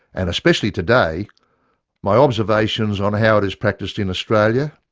and especially today my observations on how it is practised in australia,